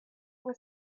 was